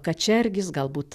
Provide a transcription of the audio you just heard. kačergis galbūt